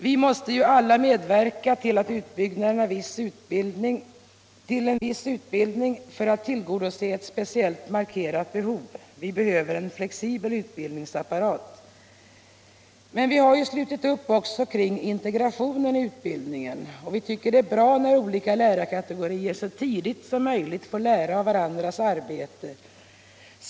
Vi måste alla medverka till utbyggnaden av viss utbildning för att tillgodose ett speciellt markerat behov. Vi behöver en flexibel utbildningsapparat. Men vi har också slutit upp kring integrationen i utbildningen och tycker det är bra när olika lärarkategorier så tidigt som möjligt får lära av varandras arbete.